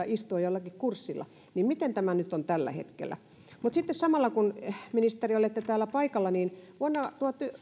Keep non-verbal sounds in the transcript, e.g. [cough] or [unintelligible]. [unintelligible] istua jollakin kurssilla miten tämä nyt on tällä hetkellä sitten samalla kun ministeri olette täällä paikalla vuonna